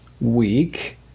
week